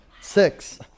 six